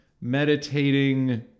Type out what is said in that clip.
meditating